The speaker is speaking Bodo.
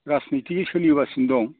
राजनिथिकयै सोलिगासिनो दं